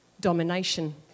domination